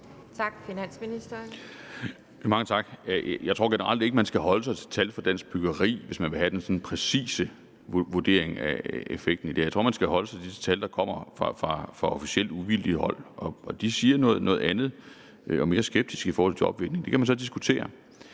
Jeg tror generelt ikke, at man skal holde sig til tal fra Dansk Byggeri, hvis man vil have den præcise vurdering af effekten af det her. Jeg tror, at man skal holde sig til de tal, der kommer fra officielt uvildigt hold. De siger noget andet og noget mere skeptisk i forhold til jobvindingen. Det kan man så diskutere.